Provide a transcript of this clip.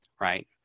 Right